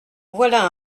voilà